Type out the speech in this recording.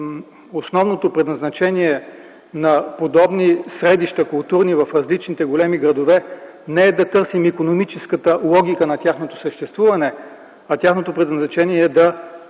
основното предназначение на подобни културни средища в различните големи градове не е да търсим икономическата логика на тяхното съществуване. Тяхното предназначение е да